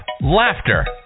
laughter